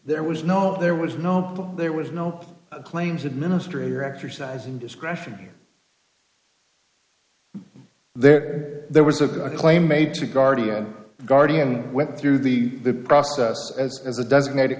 there was no there was no there was no claims administrator exercising discretion there there was a claim made to guardian guardian went through the process as a designated